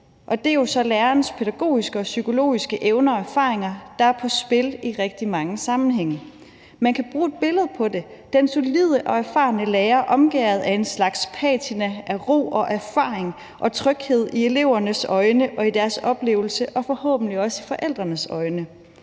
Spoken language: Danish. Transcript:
jo så lærerens pædagogiske og psykologiske evner og erfaringer, der er på spil i rigtig mange sammenhænge. Man kan bruge et billede på det – den solide og erfarne lærer omgærdet af en slags patina af ro og erfaring og tryghed i elevernes øjne og i deres oplevelse og forhåbentlig også i forældrenes øjne.